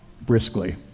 briskly